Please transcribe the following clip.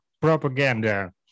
propaganda